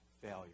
failure